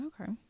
Okay